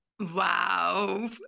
Wow